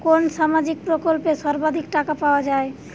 কোন সামাজিক প্রকল্পে সর্বাধিক টাকা পাওয়া য়ায়?